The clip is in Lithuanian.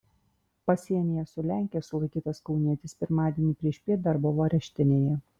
pasienyje su lenkija sulaikytas kaunietis pirmadienį priešpiet dar buvo areštinėje